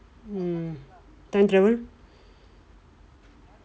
mm time travel